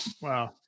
Wow